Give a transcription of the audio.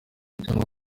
cyangwa